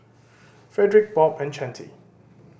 Fredrick Bob and Chante